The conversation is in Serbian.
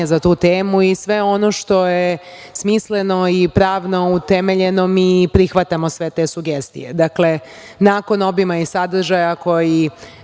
za tu temu i sve ono što je smisleno i pravno utemeljeno, mi prihvatamo sve te sugestije. Dakle, nakon obima i sadržaja na koji